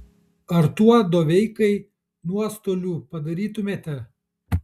ar tuo doveikai nuostolių padarytumėte